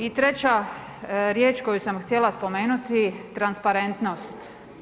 I treća riječ koju sam htjela spomenuti, transparentnost.